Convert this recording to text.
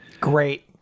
Great